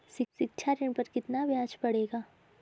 शिक्षा ऋण पर कितना ब्याज पड़ेगा?